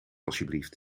alsjeblieft